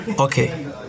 Okay